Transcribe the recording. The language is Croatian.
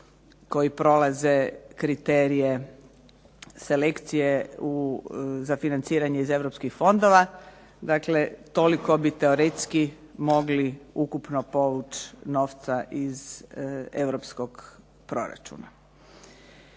koji prolaze kriterije selekcije za financiranje iz europskih fondova, dakle toliko bi teoretski ukupno povući novca iz europskog proračuna.